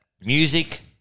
Music